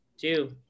two